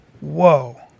Whoa